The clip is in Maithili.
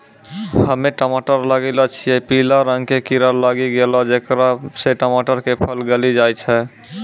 हम्मे टमाटर लगैलो छियै पीला रंग के कीड़ा लागी गैलै जेकरा से टमाटर के फल गली जाय छै?